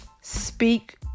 speak